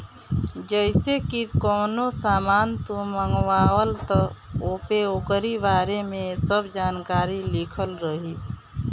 जइसे की कवनो सामान तू मंगवल त ओपे ओकरी बारे में सब जानकारी लिखल रहि